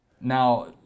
Now